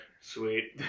Sweet